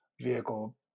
vehicle